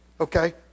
okay